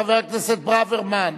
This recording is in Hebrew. חבר הכנסת ברוורמן,